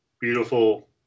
beautiful